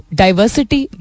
diversity